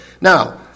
Now